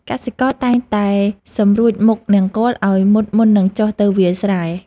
កសិករតែងតែសម្រួចមុខនង្គ័លឱ្យមុតមុននឹងចុះទៅវាលស្រែ។